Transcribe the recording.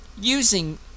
using